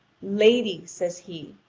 lady, says he,